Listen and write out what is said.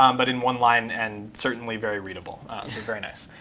um but in one line and certainly very readable. so very nice.